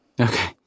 Okay